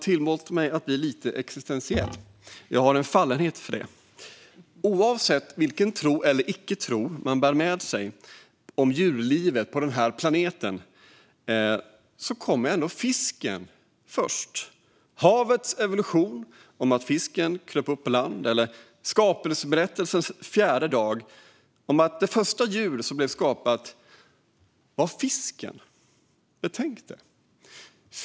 Tillåt mig att bli lite existentiell - jag har en fallenhet för det. Oavsett vilken tro eller icke-tro man bär med sig om djurlivet på denna planet kom fisken först. Jag tänker på havets evolution och att fisken kröp upp på land eller på skapelseberättelsens fjärde dag och att det första djur som blev skapat var fisken. Betänk det!